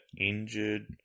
injured